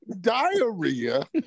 diarrhea